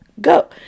go